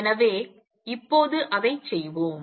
எனவே இப்போது அதை செய்வோம்